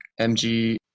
Mg